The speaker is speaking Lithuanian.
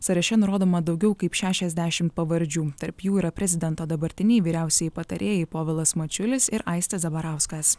sąraše nurodoma daugiau kaip šešiasdešim pavardžių tarp jų yra prezidento dabartiniai vyriausieji patarėjai povilas mačiulis ir aistis zabarauskas